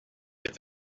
est